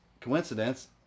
coincidence